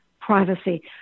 privacy